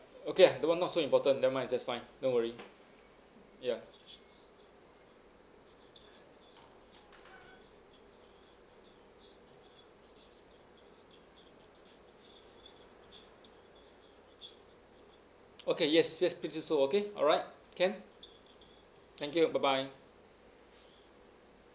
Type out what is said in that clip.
okay ah that [one] not so important never mind it's just fine don't worry ya okay yes yes please do so okay alright can thank you bye bye